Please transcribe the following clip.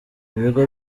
ibigo